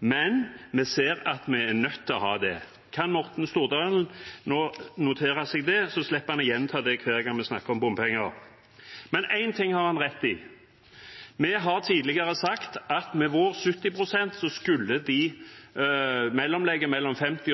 men vi ser at vi er nødt til å ha det. Kan Morten Stordalen nå notere seg det, så slipper han å gjenta det hver gang vi snakker om bompenger? Men én ting har han rett i. Vi har tidligere sagt at med våre 70 pst. skulle mellomlegget mellom 50